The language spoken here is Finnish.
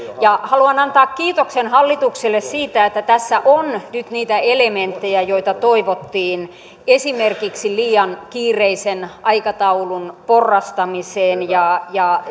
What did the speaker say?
haluan antaa kiitoksen hallitukselle siitä että tässä on nyt niitä elementtejä joita toivottiin esimerkiksi liian kiireisen aikataulun porrastaminen ja ja